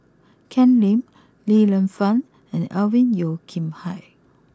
Ken Lim Li Lienfung and Alvin Yeo Khirn Hai